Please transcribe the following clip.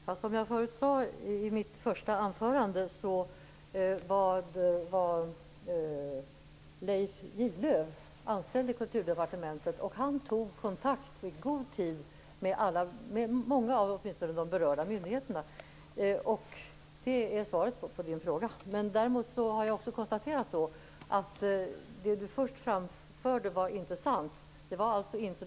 Fru talman! Som jag sade i mitt första anförande var Leif Gidlöf anställd vid Kulturdepartementet, och han tog kontakt i god tid åtminstone med många av de berörda myndigheterna. Det är svaret på Inger Renés fråga. Jag har också konstaterat att det Inger René först framförde inte var sant.